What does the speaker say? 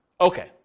Okay